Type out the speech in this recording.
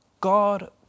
God